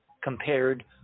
compared